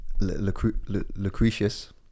lucretius